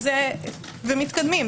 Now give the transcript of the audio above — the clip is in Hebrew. ומתקדמים.